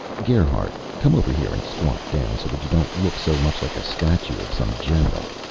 gerhardt, come over here and squat down, so that you don't look so much like a statue of some general.